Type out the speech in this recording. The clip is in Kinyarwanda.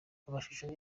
amashusho